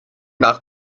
nach